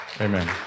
amen